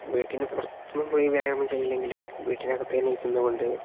വീട്ടിന് പുറത്തൊന്നും പോയി വ്യായാമം ചെയ്യില്ലെങ്കിലും വീട്ടിനകത്ത് തന്നെ ഇരുന്നുകൊണ്ട്